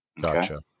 Gotcha